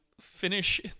finish